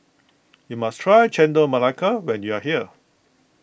you must try Chendol Melaka when you are here